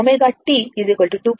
T కి 2π